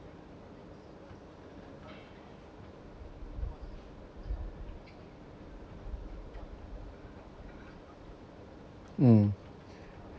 mm